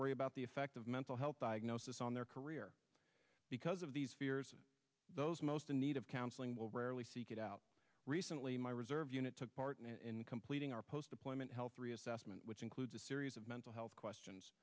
worry about the effect of mental health diagnosis on their career because of these fears those most in need of counseling will rarely seek it out recently my reserve unit took part in completing our post deployment health reassessment which includes a series of mental health questions